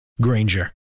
Granger